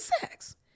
sex